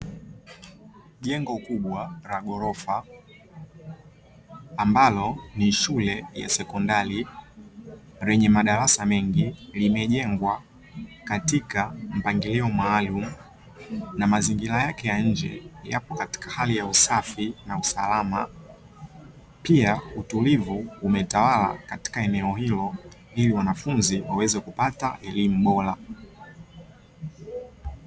Jengo kubwa la ghorofa ambalo ni shule ya sekondari lenye madarasa mengi limejengwa katika mpangilio maalumu, na mazingira yake ya nje yapo katika hali ya usafi na usalama pia utulivu umetawala katika eneo hilo, ili wanafunzi waweze kupata elimu bora.